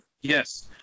Yes